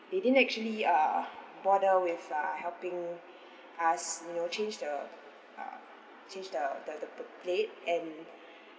they didn't actually uh bother with uh helping us you know change the uh change the the the the plate and